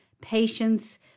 patience